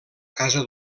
casa